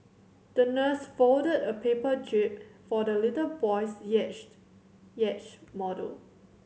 the nurse folded a paper jib for the little boy's model